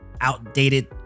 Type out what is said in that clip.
outdated